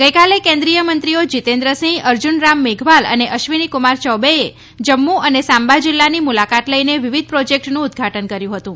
ગઈકાલે કેન્દ્રિય મંત્રીઓ જીતેન્દ્રસિંહ અર્જીન રામ મેઘવાલ અને અશ્વિની કુમાર ચૌબેએ જમ્મુ અને સામ્બા જિલ્લાની મુલાકાત લઈને વિવિધ પ્રોજેક્ટનું ઉદઘાટન કર્યું હતું